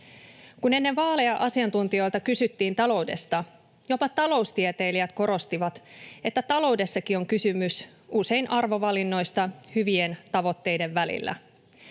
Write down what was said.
Kun ennen vaaleja asiantuntijoilta kysyttiin taloudesta, jopa taloustieteilijät korostivat, että taloudessakin on kysymys usein arvovalinnoista hyvien tavoitteiden välillä.